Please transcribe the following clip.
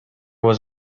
was